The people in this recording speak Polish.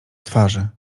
twarzy